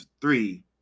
three